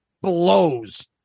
blows